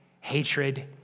hatred